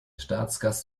staatsgast